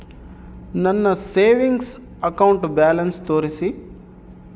ನನ್ನ savings account balance ತೋರಿಸಿ?